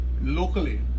Locally